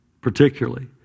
particularly